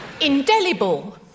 Indelible